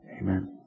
Amen